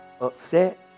upset